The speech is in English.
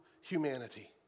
humanity